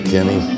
Kenny